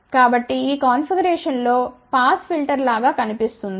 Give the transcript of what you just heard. కాబట్టి ఈ కాన్ఫిగరేషన్ లో పాస్ ఫిల్టర్ లాగా కనిపిస్తుంది